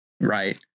right